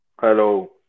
Hello